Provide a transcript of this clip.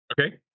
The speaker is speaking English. Okay